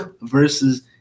versus